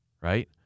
right